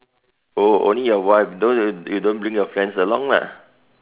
oh only your wife don't you don't bring your friends along lah